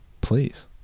please